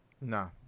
Nah